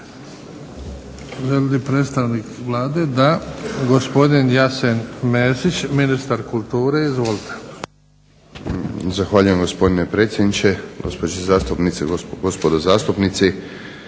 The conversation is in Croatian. Zahvaljujem gospodine predsjedniče, gospođe zastupnice, gospodo zastupnici.